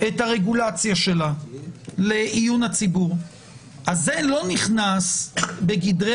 את הרגולציה שלה לעיון הציבור אז זה לא נכנס בגדרי